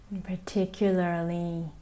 particularly